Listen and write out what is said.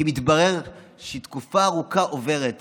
כי מתברר שהיא תקופה ארוכה עוברת